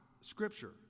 Scripture